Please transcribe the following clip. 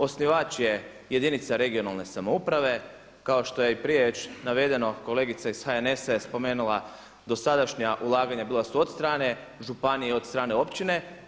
Osnivač je jedinica regionalne samouprave, kao što je i prije navedeno kolegica iz HNS-a je spomenula dosadašnja ulaganja bila su od strane županije i od strane općine.